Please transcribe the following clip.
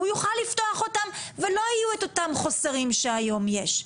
הוא יוכל לפתוח אותה ולא יהיו את אותם חוסרים שהיום יש.